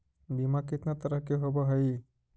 बीमा कितना तरह के होव हइ?